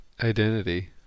identity